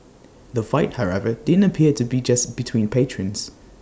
the fight however didn't appear to be just between patrons